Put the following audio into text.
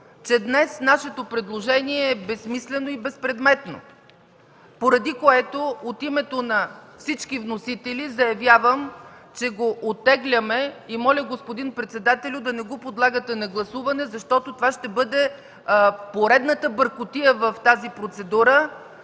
че днес нашето предложение е безсмислено и безпредметно, поради което от името на всички вносители заявявам, че го оттегляме. Моля, господин председател, да не го подлагате на гласуване, защото това ще бъде поредната бъркотия в тази процедура